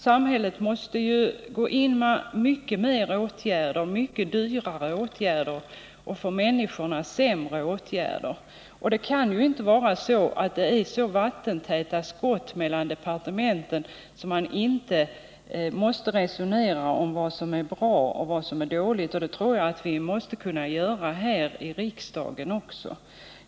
Samhället måste vidta flera och dyrare och för människorna sämre åtgärder. Det kan inte vara så vattentäta skott mellan departementen att man inte resonerar om vad som är bra och vad som är dåligt, något som jag tror att vi måste göra här i riksdagen också.